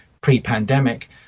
pre-pandemic